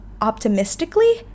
optimistically